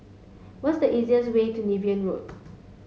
what's the easiest way to Niven Road